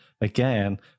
again